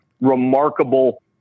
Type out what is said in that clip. remarkable